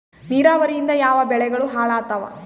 ನಿರಾವರಿಯಿಂದ ಯಾವ ಬೆಳೆಗಳು ಹಾಳಾತ್ತಾವ?